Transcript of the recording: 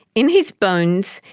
in his bones,